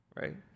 right